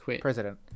President